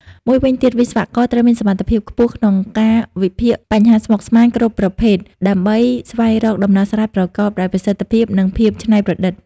មួយវិញទៀតវិស្វករត្រូវមានសមត្ថភាពខ្ពស់ក្នុងការ វិភាគបញ្ហាស្មុគស្មាញ គ្រប់ប្រភេទ ដើម្បី ស្វែងរកដំណោះស្រាយប្រកបដោយប្រសិទ្ធភាព និងភាពច្នៃប្រឌិត។